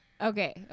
Okay